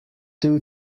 two